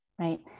right